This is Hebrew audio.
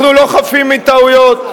אנחנו לא חפים מטעויות.